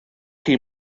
chi